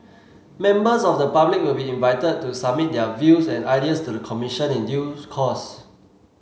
members of the public will be invited to submit their views and ideas to the Commission in due course